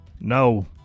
No